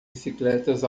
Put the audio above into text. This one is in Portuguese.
bicicletas